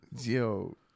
Yo